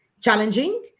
challenging